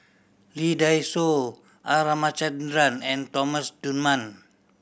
Lee Dai Soh R Ramachandran and Thomas Dunman